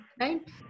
right